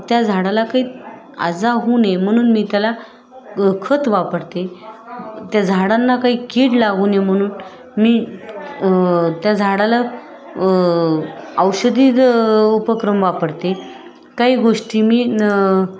त्या झाडाला काही आजार होऊ नये म्हणून मी त्याला ग खत वापरते त्या झाडांना काही कीड लागू नये म्हणून मी त्या झाडाला औषधी द उपक्रम वापरते काही गोष्टी मी न